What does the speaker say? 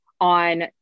on